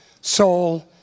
soul